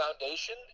foundation